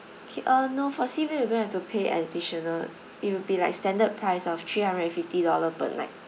uh no for sea view you don't have to pay additional it'll be like standard price of three hundred and fifty dollar per night